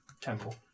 temple